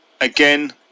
Again